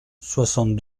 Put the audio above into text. soixante